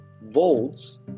volts